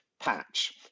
patch